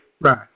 Right